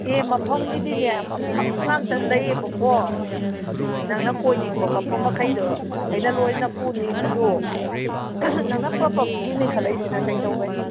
ꯑꯦ ꯃꯐꯝꯒꯤꯗꯤꯅꯦ ꯃꯐꯝ ꯉꯥꯛꯇ ꯂꯩꯌꯦꯕꯀꯣ ꯅꯪꯅ ꯀꯣꯏꯅꯤꯡꯕ ꯃꯐꯝ ꯃꯈꯩꯗꯣ ꯑꯩꯅ ꯂꯣꯏꯅ ꯄꯨꯅꯤ ꯑꯗꯣ ꯅꯪꯅ ꯄꯔꯞꯄꯞ ꯌꯦꯡꯅꯤꯡ ꯈꯠꯂꯛꯏꯁꯤꯅ ꯀꯩꯗꯧꯕꯩ